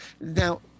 now